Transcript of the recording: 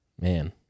Man